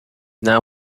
now